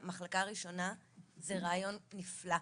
"מחלקה ראשונה" זה רעיון נפלא.